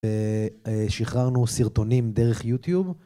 ושחררנו סרטונים דרך יוטיוב.